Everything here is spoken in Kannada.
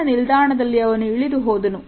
ಮುಂದಿನ ನಿಲ್ದಾಣದಲ್ಲಿ ಅವನು ಇಳಿದು ಹೋದನು